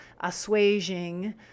assuaging